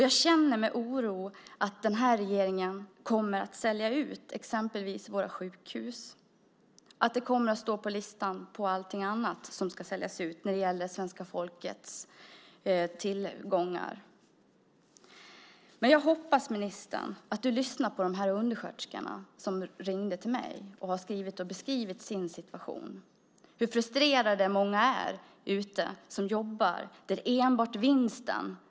Jag känner en oro för att den här regeringen kommer att sälja ut exempelvis våra sjukhus. Det kommer att stå på listan över allting annat som ska säljas ut av svenska folkets tillgångar. Jag hoppas att du lyssnar på dessa undersköterskor som ringde till mig, ministern. De har beskrivit sin situation. Många som jobbar ute i vården är mycket frustrerade.